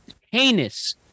heinous